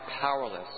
powerless